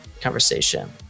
conversation